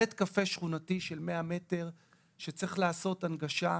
בית קפה שכונתי בשטח של 100 מטרים שצריך לעשות הנגשה,